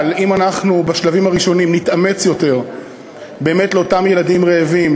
אבל אם אנחנו בשלבים הראשונים נתאמץ יותר באמת בשביל אותם ילדים רעבים,